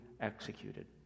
executed